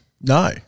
No